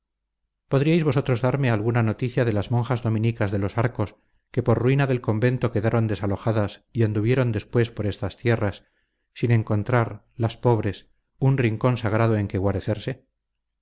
podríais vosotros darme alguna noticia de las monjas dominicas de los arcos que por ruina del convento quedaron desalojadas y anduvieron después por estas tierras sin encontrar las pobres un rincón sagrado en que guarecerse